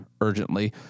urgently